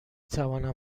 توانم